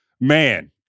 man